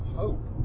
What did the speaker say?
hope